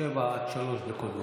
רם שפע, עד שלוש דקות.